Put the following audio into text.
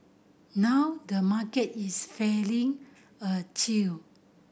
now the market is feeling a chill